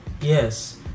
Yes